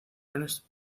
ernst